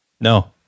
No